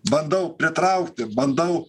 bandau pritraukti bandau